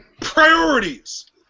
Priorities